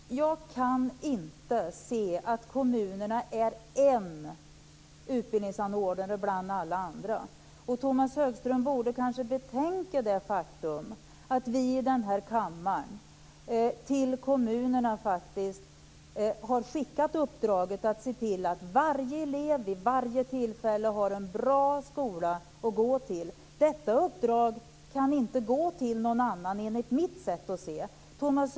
Herr talman! Jag kan inte se att kommunerna är en utbildningsanordnare bland alla andra. Tomas Högström borde kanske betänka det faktum att vi i denna kammare till kommunerna faktiskt har skickat uppdraget att se till att varje elev vid alla tillfällen har en bra skola att gå till. Detta uppdrag kan, enligt mitt sätt att se saken, inte gå till någon annan.